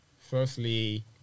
Firstly